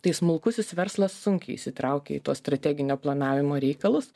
tai smulkusis verslas sunkiai įsitraukia į strateginio planavimo reikalus